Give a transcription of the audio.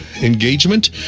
engagement